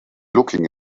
looking